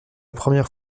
première